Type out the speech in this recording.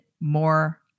more